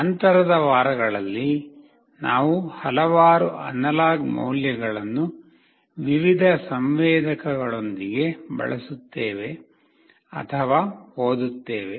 ನಂತರದ ವಾರಗಳಲ್ಲಿ ನಾವು ಹಲವಾರು ಅನಲಾಗ್ ಮೌಲ್ಯಗಳನ್ನು ವಿವಿಧ ಸಂವೇದಕಗಳೊಂದಿಗೆ ಬಳಸುತ್ತ್ತೇವೆ ಅಥವಾ ಓದುತ್ತೇವೆ